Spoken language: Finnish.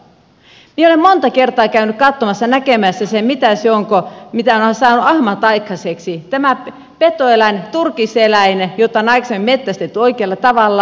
minä olen monta kertaa käynyt katsomassa näkemässä mitä se on mitä ovat saaneet ahmat aikaiseksi tämä petoeläin turkiseläin jota on aikaisemmin metsästetty oikealla tavalla